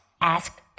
asked